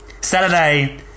Saturday